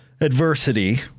adversity